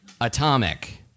Atomic